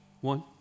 One